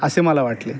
असे मला वाटले